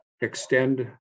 extend